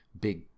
big